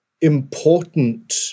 important